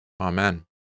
Amen